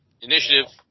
Initiative